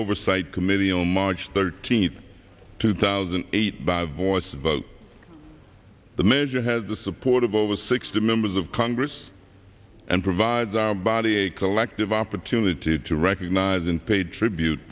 oversight committee on march thirteenth two thousand and eight by voice vote the measure has the support of over sixty members of congress and provides our body a collective opportunity to recognize and paid tribute